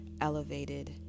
elevated